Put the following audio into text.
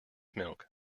milk